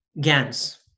GANS